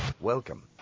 Welcome